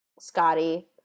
Scotty